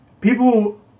people